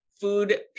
food